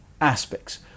aspects